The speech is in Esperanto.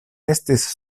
estis